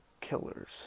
killers